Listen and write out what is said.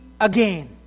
again